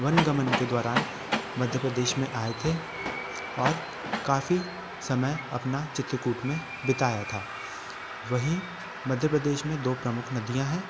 one गमन के दौरान मध्य प्रदेश में आए थे और काफ़ी समय अपना चित्रकूट में बिताया था वहीं मध्य प्रदेश में दो प्रमुख नदियां हैं